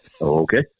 Okay